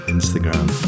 Instagram